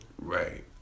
Right